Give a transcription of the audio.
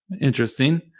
interesting